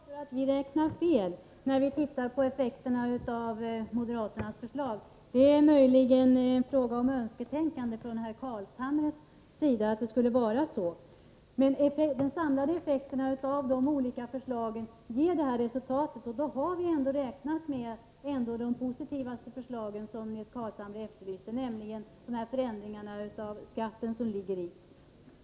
Herr talman! Nils Carlshamre påstår att vi räknar fel när vi ser på effekterna av moderaternas förslag. Det är möjligen ett önsketänkande från herr Carlshamre att det skulle vara så. Men de samlade effekterna av era olika förslag blir dessa — och då har vi ändå räknat med de mest positiva förslagen, och de förändringar i skatterna som herr Carlshamre var inne på.